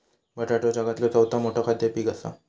बटाटो जगातला चौथा मोठा खाद्य पीक असा